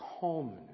calmness